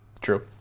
True